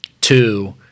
Two